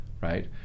right